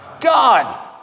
God